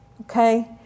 Okay